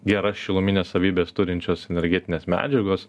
geras šilumines savybes turinčios energetinės medžiagos